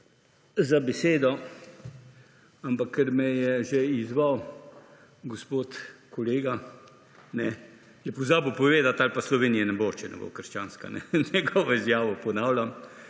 za besedo. Ampak, ker me je že izzval gospod kolega, je pozabil povedati ali pa Slovenije ne bo, če ne bo krščanska. Njegovo izjavo ponavljam